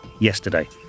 yesterday